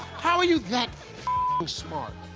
how are you that smart?